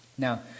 Now